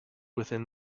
within